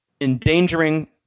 endangering